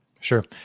Sure